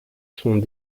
sont